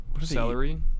Celery